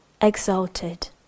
exalted